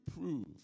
prove